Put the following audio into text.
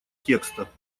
текста